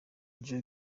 joe